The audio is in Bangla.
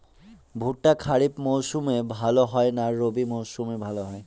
ভুট্টা খরিফ মৌসুমে ভাল হয় না রবি মৌসুমে ভাল হয়?